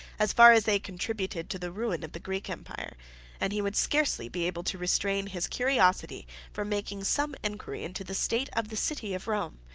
as far as they contributed to the ruin of the greek empire and he would scarcely be able to restrain his curiosity from making some inquiry into the state of the city of rome,